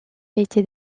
était